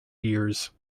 years